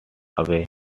away